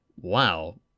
Wow